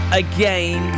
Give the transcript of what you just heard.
again